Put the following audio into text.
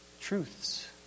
truths